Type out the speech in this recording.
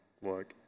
work